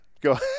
Go